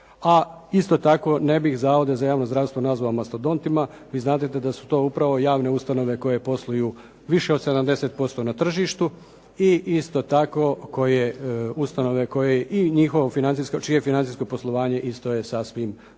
a isto tako ne bih zavode za javno zdravstvo nazvao mastodontima. Vi znadete da su to upravo javne ustanove koje posluju više od 70% na tržištu i isto tako ustanove koje i čije je financijsko poslovanje isto je sasvim solidno.